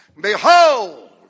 Behold